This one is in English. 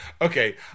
Okay